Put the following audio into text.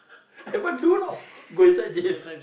haven't do know go inside jail